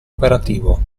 operativo